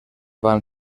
van